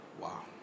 Wow